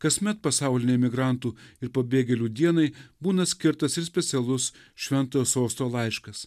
kasmet pasaulinei migrantų ir pabėgėlių dienai būna skirtas ir specialus šventojo sosto laiškas